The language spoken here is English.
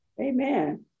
Amen